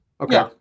Okay